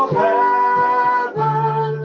heaven